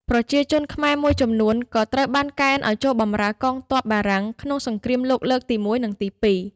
ប្រជាជនខ្មែរមួយចំនួនក៏ត្រូវបានកេណ្ឌឱ្យចូលបម្រើ កងទ័ពបារាំង ក្នុងសង្គ្រាមលោកលើកទីមួយ និងទីពីរ។